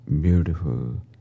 beautiful